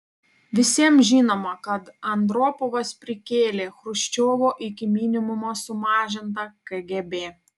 visiems žinoma kad andropovas prikėlė chruščiovo iki minimumo sumažintą kgb